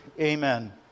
Amen